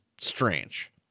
strange